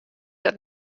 dat